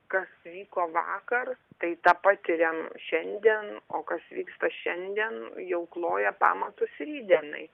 kas vyko vakar tai tą patiriam šiandien o kas vyksta šiandien jau kloja pamatus rytdienai